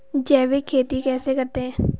जैविक खेती कैसे करते हैं?